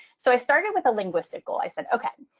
so i started with a linguistical. i said, ok,